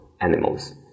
animals